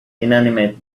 inanimate